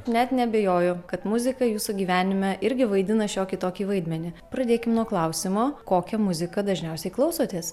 net neabejoju kad muzika jūsų gyvenime irgi vaidina šiokį tokį vaidmenį pradėkim nuo klausimo kokią muziką dažniausiai klausotės